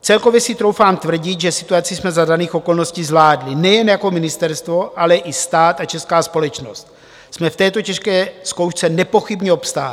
Celkově si troufám tvrdit, že situaci jsme za daných okolností zvládli nejen jako ministerstvo, ale i stát a česká společnost jsme v této těžké zkoušce nepochybně obstáli.